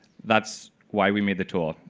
that's why we made the tool.